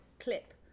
clip